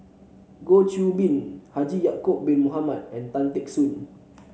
Goh Qiu Bin Haji Ya'acob Bin Mohamed and Tan Teck Soon